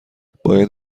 باید